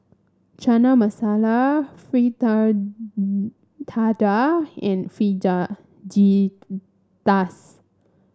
Chana Masala and